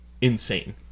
insane